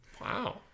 Wow